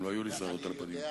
אם לא היו לי שערות על הפנים.